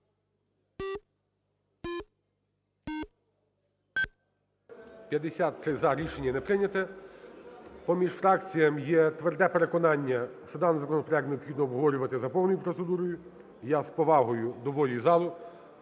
За-53 Рішення не прийняте. Поміж фракціям є тверде переконання, що даний законопроект необхідно обговорювати за повною процедурою. І я з повагою до волі залу